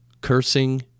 cursing